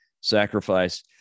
sacrifice